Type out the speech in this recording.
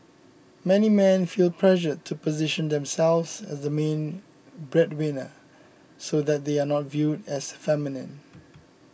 many men feel pressured to position themselves as the main breadwinner so that they are not viewed as feminine